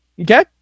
Okay